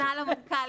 למנכ"ל,